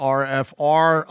rfr